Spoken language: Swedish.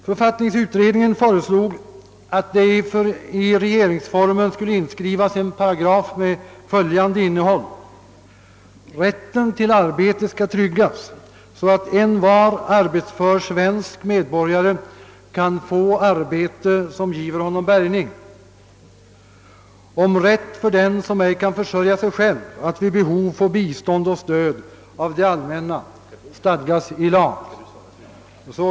Författningsutredningen föreslog att i regeringsformen skulle inskrivas en paragraf av följande innehåll: Rätten till arbete skall tryggas, så att envar arbetsför svensk medborgare kan få arbete, som giver honom bärgning. Om rätt för den, som ej kan försörja sig själv, att vid behov få bistånd och stöd av det allmänna stadgas i lag.